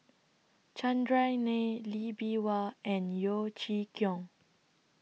Chandran Nair Lee Bee Wah and Yeo Chee Kiong